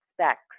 specs